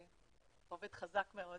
אתה עובד חזק מאוד,